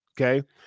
Okay